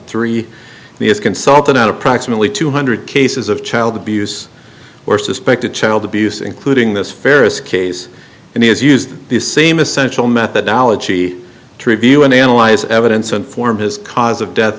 has consulted out approximately two hundred cases of child abuse or suspected child abuse including this faris case and he has used the same essential methodology to review and analyze evidence and form his cause of death